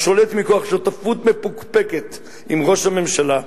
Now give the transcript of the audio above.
השולט מכוח שותפות מפוקפקת עם ראש הממשלה,